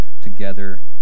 together